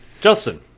Justin